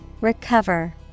Recover